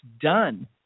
done